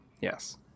Yes